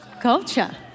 culture